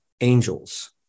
angels